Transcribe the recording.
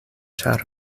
ĉar